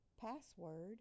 Password